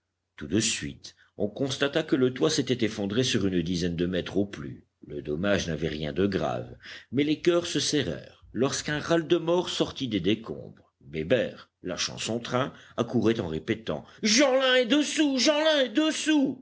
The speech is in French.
tout de suite on constata que le toit s'était effondré sur une dizaine de mètres au plus le dommage n'avait rien de grave mais les coeurs se serrèrent lorsqu'un râle de mort sortit des décombres bébert lâchant son train accourait en répétant jeanlin est dessous jeanlin est dessous